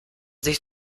sich